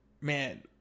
man